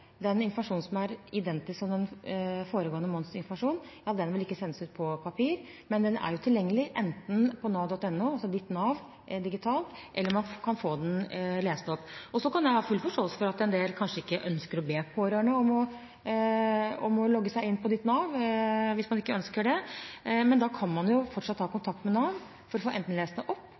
Den informasjonen som er identisk med den foregående månedens informasjon, vil ikke sendes ut på papir. Men den er tilgjengelig, enten på nav.no – altså Ditt Nav digitalt – eller man kan få den lest opp. Så kan jeg ha full forståelse for at en del kanskje ikke ønsker å be pårørende om å logge seg inn på Ditt Nav, men da kan man fortsatt ta kontakt med Nav for enten å få lest det opp